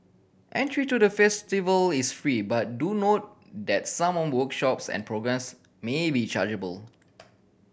entry to the festival is free but do note that someone workshops and programmes may be chargeable